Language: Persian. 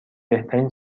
بهترین